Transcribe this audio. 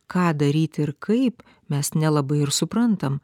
ką daryti ir kaip mes nelabai ir suprantam